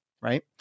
right